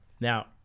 Now